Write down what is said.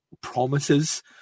promises